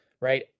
right